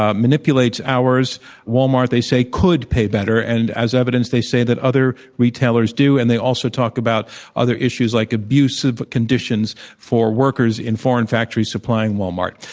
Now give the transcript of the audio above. ah manipulates walmart, they say, could pay better and, as evidence, they say that other retailers do and they also talk about other issues like abusive conditions for workers in foreign factories supplying walmart.